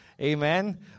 Amen